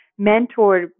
mentored